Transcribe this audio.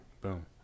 Boom